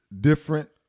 different